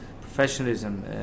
professionalism